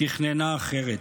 תכננה אחרת.